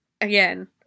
again